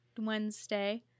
wednesday